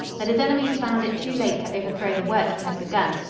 but his enemies found it too late to overthrow the work he had begun.